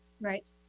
Right